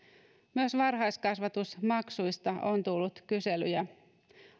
myös varhaiskasvatusmaksuista on tullut kyselyjä